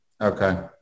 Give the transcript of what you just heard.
Okay